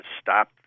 stop